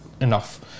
enough